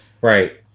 right